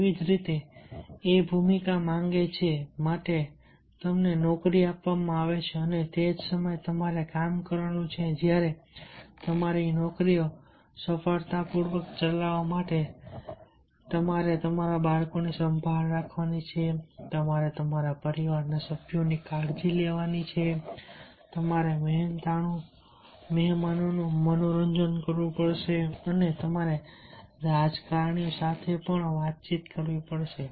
એ જ રીતે એ ભૂમિકા માંગે છે માટે તમને નોકરી આપવામાં આવે છે અને તે જ સમયે તમારે તે કામ કરવાનું છે જ્યારે તમારી નોકરીઓ સફળતાપૂર્વક ચલાવવા માટે તમારે તમારા બાળકોની સંભાળ રાખવાની છે તમારે તમારા પરિવારના સભ્યોની કાળજી લેવી પડશે તમારે મહેમાનોનું મનોરંજન કરવું પડશે અને તમારે રાજકારણીઓ સાથે વાતચીત કરવી પડશે